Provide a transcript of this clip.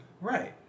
Right